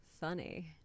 Funny